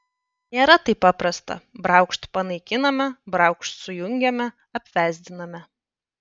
nėra taip paprasta braukšt panaikiname braukšt sujungiame apvesdiname